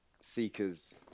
seekers